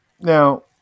Now